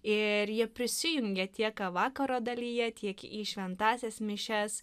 ir jie prisijungia tiek ką vakaro dalyje tiek į šventąsias mišias